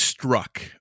Struck